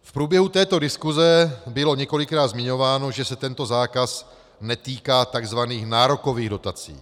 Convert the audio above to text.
V průběhu této diskuse bylo několikrát zmiňováno, že se tento zákaz netýká takzvaných nárokových dotací.